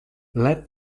let